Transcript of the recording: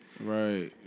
right